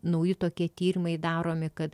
nauji tokie tyrimai daromi kad